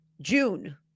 June